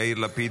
יאיר לפיד,